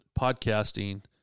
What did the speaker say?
podcasting